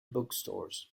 bookstores